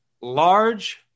Large